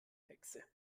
hexe